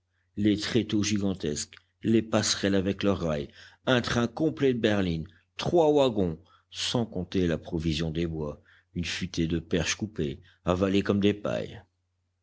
les tréteaux gigantesques les passerelles avec leurs rails un train complet de berlines trois wagons sans compter la provision des bois une futaie de perches coupées avalées comme des pailles